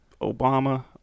obama